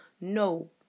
No